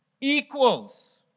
equals